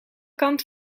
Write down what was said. kant